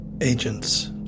Agents